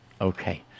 Okay